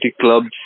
clubs